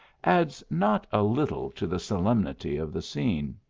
adds not a little to the so lemnity of the scene.